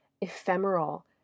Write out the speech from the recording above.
ephemeral